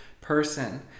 person